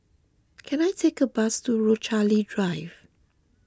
can I take a bus to Rochalie Drive